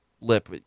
lip